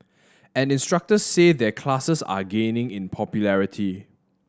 and instructors say their classes are gaining in popularity